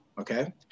Okay